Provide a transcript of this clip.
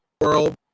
world